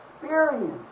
experience